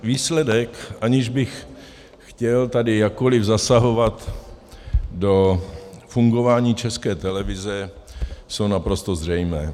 Výsledky, aniž bych chtěl tady jakkoli zasahovat do fungování České televize, jsou naprosto zřejmé.